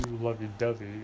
lovey-dovey